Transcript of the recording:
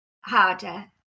harder